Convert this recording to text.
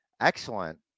Excellent